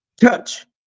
Touch